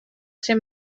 ser